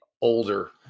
older